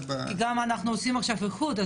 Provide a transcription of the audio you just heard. כי אנחנו עושים עכשיו גם איחוד,